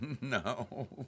No